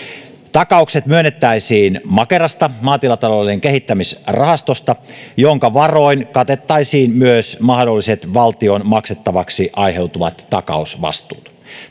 takaukset myönnettäisiin makerasta maatilatalouden kehittämisrahastosta jonka varoin katettaisiin myös mahdolliset valtion maksettavaksi aiheutuvat takausvastuut